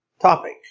topic